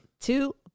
two